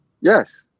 Yes